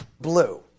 Blue